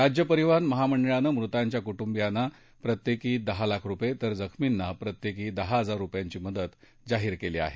राज्य परिवहन महामंडळानं मृतांच्या कुटुंबांना प्रत्येकी दहा लाख रुपये तर जखमींना प्रत्येकी दहा हजार रुपयांची मदत जाहीर केली आहे